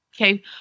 Okay